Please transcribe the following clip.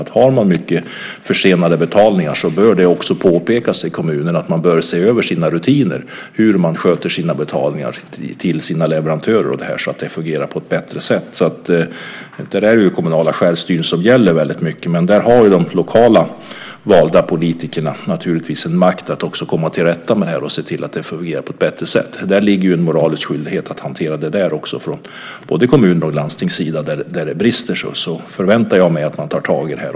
Om kommunerna har många försenade betalningar bör det också påpekas. Kommunerna bör se över sina rutiner för hur de sköter sina betalningar till sina leverantörer så att det fungerar på ett bättre sätt. Här gäller det kommunala självstyret i hög grad, och de lokalt valda politikerna har en makt att komma till rätta med det här och se till att det fungerar på ett bättre sätt. Det ligger en moralisk skyldighet att hantera detta från både kommuners och landstings sida. Där det brister förväntar jag mig att man tar tag i det här.